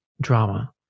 drama